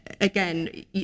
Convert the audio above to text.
again